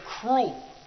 cruel